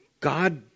God